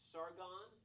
Sargon